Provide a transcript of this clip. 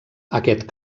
aquest